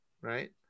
right